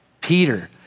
Peter